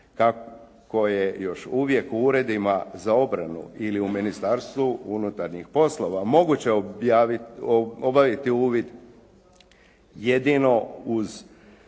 Kako je još uvijek u uredima za obranu ili u Ministarstvu unutarnjih poslova moguće obaviti uvid jedino uz